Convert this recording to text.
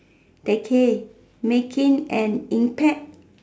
decade making an impact